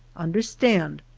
understand,